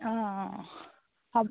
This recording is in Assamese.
অঁ অঁ হ'ব